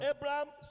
Abraham